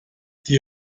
die